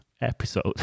episode